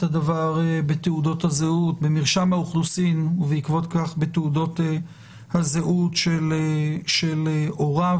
הדבר במרשם האוכלוסין ובעקבות כך בתעודות הזהות של הוריו.